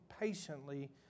patiently